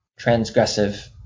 transgressive